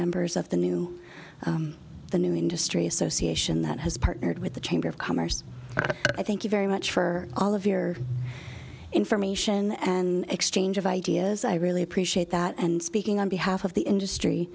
members of the new the new industry association that has partnered with the chamber of commerce i thank you very much for all of your information and exchange of ideas i really appreciate that and speaking on behalf of the